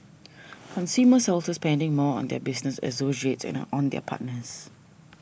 consumers are also spending more on their business associates and on their partners